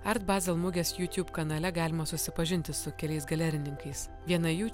art basel mugės youtube kanale galima susipažinti su keliais galerininkais viena jų